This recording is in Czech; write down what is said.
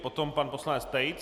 Potom pan poslanec Tejc.